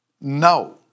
no